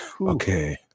Okay